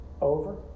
over